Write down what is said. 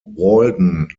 walden